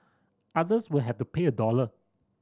others will have to pay a dollar